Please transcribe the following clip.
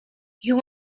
you